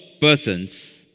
persons